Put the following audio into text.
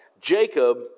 Jacob